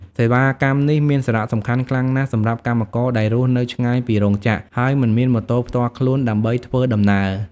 សេវាកម្មនេះមានសារៈសំខាន់ខ្លាំងណាស់សម្រាប់កម្មករដែលរស់នៅឆ្ងាយពីរោងចក្រ ហើយមិនមានម៉ូតូផ្ទាល់ខ្លួនដើម្បីធ្វើដំណើរ។